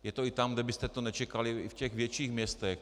Je to i tam, kde byste to nečekali, i v těch větších městech.